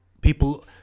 people